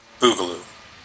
Boogaloo